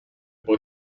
poi